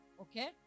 okay